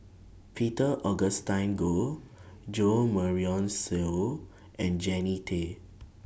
Peter Augustine Goh Jo Marion Seow and Jannie Tay